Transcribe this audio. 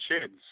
Sheds